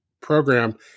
program